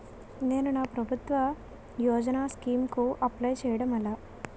నేను నా ప్రభుత్వ యోజన స్కీం కు అప్లై చేయడం ఎలా?